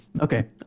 Okay